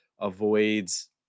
avoids